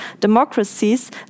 democracies